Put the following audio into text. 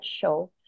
show